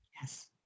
Yes